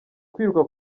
kwiruka